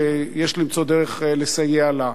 ויש למצוא דרך לסייע לה.